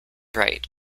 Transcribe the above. right